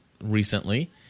recently